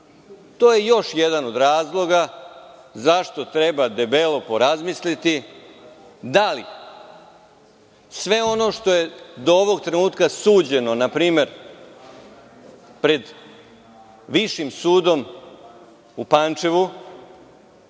je još jedan od razloga zašto treba debelo porazmisliti da li sve ono što je do ovog trenutka suđeno, na primer, pred Višim sudom u Pančevu,